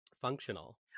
functional